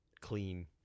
clean